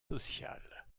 sociale